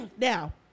Now